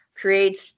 creates